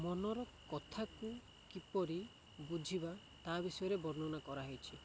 ମନର କଥାକୁ କିପରି ବୁଝିବା ତା ବିଷୟରେ ବର୍ଣ୍ଣନା କରାହୋଇଛି